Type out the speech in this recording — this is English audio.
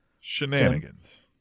Shenanigans